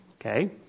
Okay